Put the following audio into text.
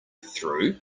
through